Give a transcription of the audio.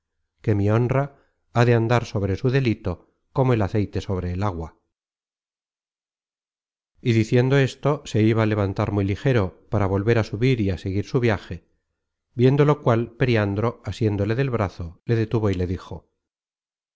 que mi honra ha de andar sobre su delito como el aceite sobre el agua y diciendo esto se iba á levantar muy ligero para volver á subir y á seguir su viaje viendo lo cual periandro asiéndole del brazo le detuvo y le dijo